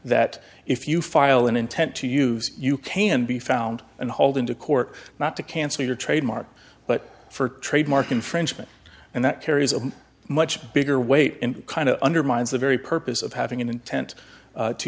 that if you file an intent to use you can be found and hauled into court not to cancel your trademark but for trademark infringement and that carries a much bigger weight in kind of undermines the very purpose of having an intent to